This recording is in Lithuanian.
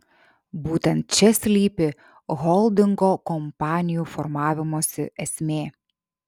būtent čia slypi holdingo kompanijų formavimosi esmė